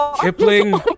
Kipling